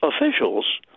officials